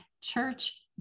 church